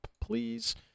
please